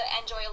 Enjoy